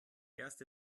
erste